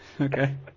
Okay